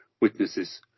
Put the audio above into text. witnesses